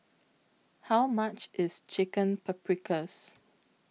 How much IS Chicken Paprikas